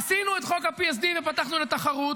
עשינו את חוק ה-PSD, הינה, פתחנו לתחרות.